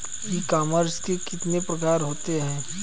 ई commerce के कितने प्रकार होते हैं?